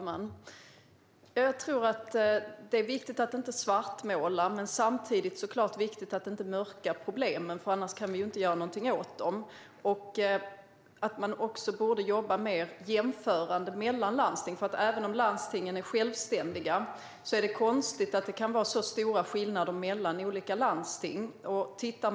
Fru talman! Det är viktigt att inte svartmåla, men samtidigt är det såklart viktigt att inte mörka problemen, annars kan vi ju inte göra någonting åt dem. Man borde också jobba mer jämförande mellan landstingen, för även om landstingen är självständiga är det konstigt att det kan vara så stora skillnader mellan olika landsting.